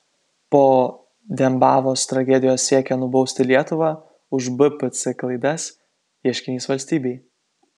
po dembavos tragedijos siekia nubausti lietuvą už bpc klaidas ieškinys valstybei